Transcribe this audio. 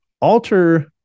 alter